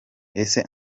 ese